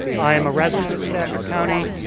i am a resident of stafford county.